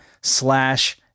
slash